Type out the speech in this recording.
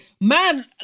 man